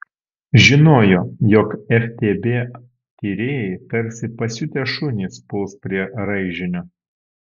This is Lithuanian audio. žinojo jog ftb tyrėjai tarsi pasiutę šunys puls prie raižinio